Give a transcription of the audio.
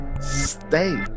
stay